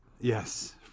Yes